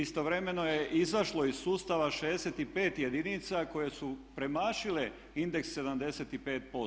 Istovremeno je izašlo iz sustava 65 jedinica koje su premašile indeks 75%